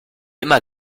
immer